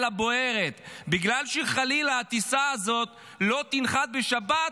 הבוערת בגלל שחלילה הטיסה הזאת לא תנחת בשבת,